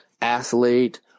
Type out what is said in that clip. athlete